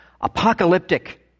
Apocalyptic